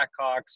Blackhawks